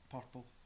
Purple